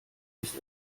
ist